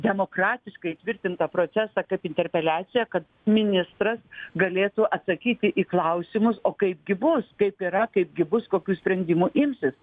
demokratiškai įtvirtintą procesą kaip interpeliacija kad ministras galėtų atsakyti į klausimus o kaipgi bus kaip yra kaipgi bus kokių sprendimų imsis